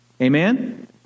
Amen